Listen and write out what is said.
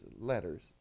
letters